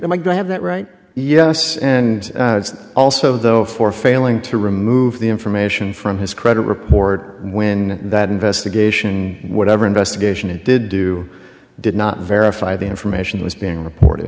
god have that right yes and also though for failing to remove the information from his credit report when that investigation whatever investigation it did do did not verify the information was being reported